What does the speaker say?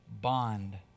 bond